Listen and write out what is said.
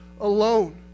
alone